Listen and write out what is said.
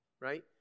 right